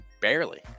Barely